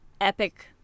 epic